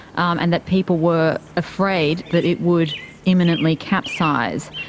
um and that people were afraid that it would imminently capsize.